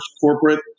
corporate